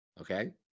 okay